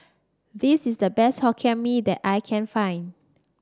this is the best Hokkien Mee that I can find